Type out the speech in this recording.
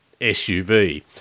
SUV